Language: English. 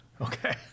Okay